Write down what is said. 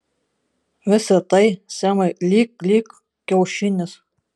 visa tai semai lyg lyg kiaušinis